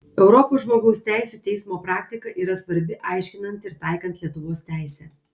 europos žmogaus teisių teismo praktika yra svarbi aiškinant ir taikant lietuvos teisę